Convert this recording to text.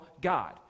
God